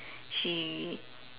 she